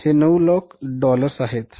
तर ते 900000 आहे